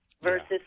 Versus